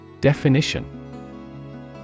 Definition